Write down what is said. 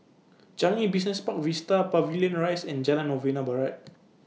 Changi Business Park Vista Pavilion Rise and Jalan Novena Barat